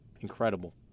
incredible